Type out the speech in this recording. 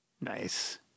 Nice